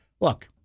look